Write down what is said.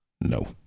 no